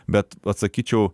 bet vat sakyčiau